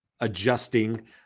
adjusting